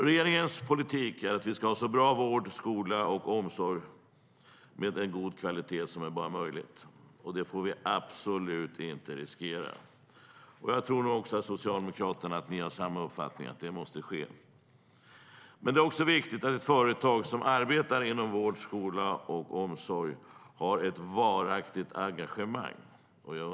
Regeringens politik är att vi ska ha så god kvalitet inom vård, skola och omsorg som det bara är möjligt. Detta får vi absolut inte riskera. Jag tror att Socialdemokraterna har samma uppfattning. Det är också viktigt att ett företag som arbetar inom vård, skola och omsorg har ett varaktigt arrangemang.